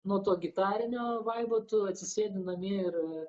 nuo to gitarinio vaibo tu atsisėdi namie ir